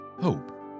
hope